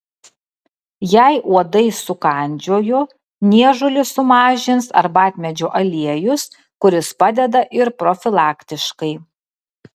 jei uodai sukandžiojo niežulį sumažins arbatmedžio aliejus kuris padeda ir profilaktiškai